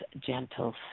gentle